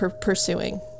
pursuing